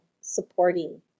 supporting